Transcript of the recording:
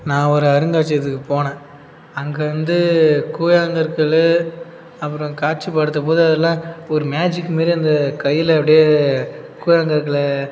நான் ஒரு அருங்காட்சியத்துக்கு போனேன் அங்கே வந்து கூழாங்கற்கள் அப்புறம் காட்சிப்படுத்தும்போது அதெலாம் ஒரு மேஜிக் மாரியே அந்த கையில் அப்படியே கூழாங்கற்களை